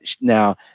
now